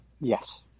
Yes